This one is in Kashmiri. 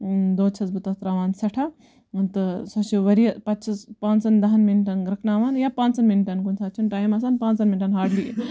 دۄد چھَس بہٕ تتھ تراوان سٮ۪ٹھاہ تہٕ سۄ چھِ واریاہ پَتہٕ چھَس پانژَن دَہَن مِنٹَن گرکناوان یا پانٛژَن مِنٹَن کُنہِ ساتہٕ چھُنہٕ ٹایم آسان پانٛژَن مِنٹَن ہاڑلی